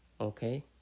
Okay